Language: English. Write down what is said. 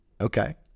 Okay